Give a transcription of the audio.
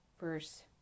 verse